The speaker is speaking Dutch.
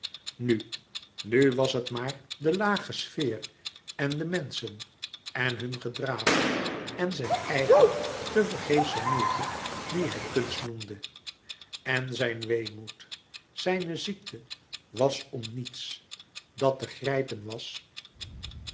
nu nu was het maar de lage sfeer en de menschen en hun gedraaf en zijn eigen tevergeefsche moeite die hij kunst noemde en zijn weemoed zijne ziekte was om niets dat te grijpen was